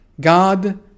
God